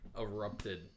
erupted